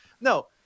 No